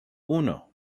uno